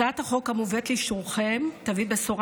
הצעת החוק המובאת לאישורכם תביא בשורה